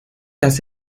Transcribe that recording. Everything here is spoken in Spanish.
las